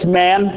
man